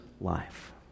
life